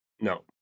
No